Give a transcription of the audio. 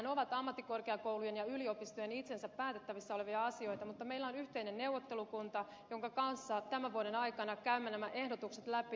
nehän ovat ammattikorkeakoulujen ja yliopistojen itsensä päätettävissä olevia asioita mutta meillä on yhteinen neuvottelukunta jonka kanssa tämän vuoden aikana käymme nämä ehdotukset läpi